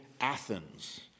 Athens